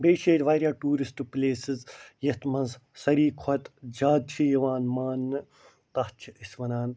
بیٚیہِ چھِ ییٚتہِ وارِیاہ ٹوٗرسٹ پلیسِز یَتھ منٛز ساری کھۄتہٕ زیادٕ چھِ یِوان مانںہٕ تَتھ چھِ أسۍ وَنان